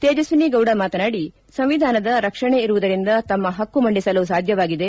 ತೇಜಸ್ಥಿನಿ ಗೌಡ ಮಾತನಾಡಿ ಸಂವಿಧಾನದ ರಕ್ಷಣೆ ಇರುವುದರಿಂದ ತಮ್ಮ ಹಕ್ಕು ಮಂಡಿಸಲು ಸಾಧ್ಯವಾಗಿದೆ